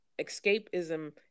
escapism